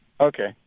Okay